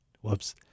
whoops